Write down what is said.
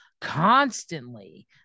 constantly